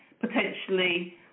potentially